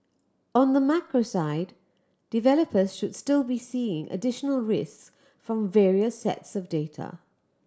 on the macro side developers should still be seeing additional risks from various sets of data